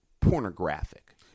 pornographic